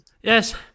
Yes